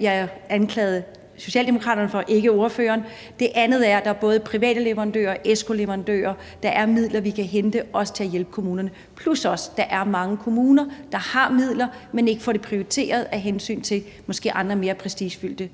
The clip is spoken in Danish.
jeg anklagede Socialdemokraterne og ikke ordføreren for – og det andet er, at der både er private leverandører, og ESCO-leverandører. Der er midler, vi kan hente, også til at hjælpe kommunerne, plus at der også er mange kommuner, der har midler, men som ikke får det prioriteret på grund af andre måske mere prestigefyldte